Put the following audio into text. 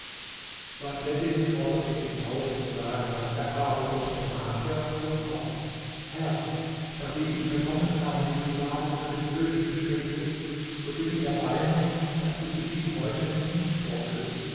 vadhleddin forderte ihn auf zu sagen was er habe und der makler fuhr fort herr da wie ich vernommen habe die sklavin für den könig bestimmt ist so bin ich der meinung daß du sie ihm heute noch nicht vorführst